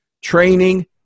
training